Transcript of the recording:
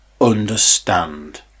understand